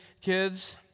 kids